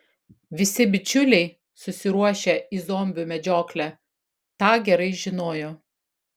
visi bičiuliai susiruošę į zombių medžioklę tą gerai žinojo